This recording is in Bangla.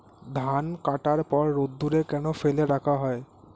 ধান কাটার পর রোদ্দুরে কেন ফেলে রাখা হয়?